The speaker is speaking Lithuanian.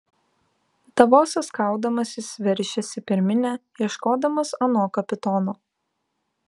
davosas kaudamasis veržėsi per minią ieškodamas ano kapitono